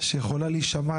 שיכולה להישמע